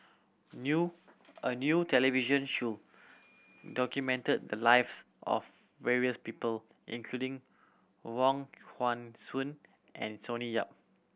new a new television show documented the lives of various people including Wong Hong Suen and Sonny Yap